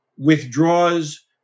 withdraws